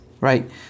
right